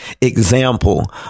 example